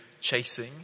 chasing